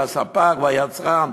הספק והיצרן,